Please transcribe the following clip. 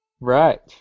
Right